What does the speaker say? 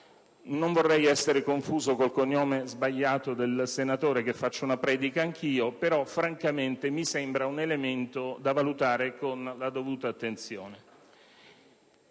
Non vorrei essere confuso col cognome sbagliato del senatore facendo una predica anch'io, però francamente mi sembra un elemento da valutare con la dovuta attenzione.